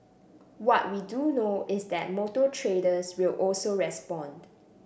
what we do know is that motor traders will also respond